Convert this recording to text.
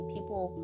People